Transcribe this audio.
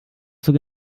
zur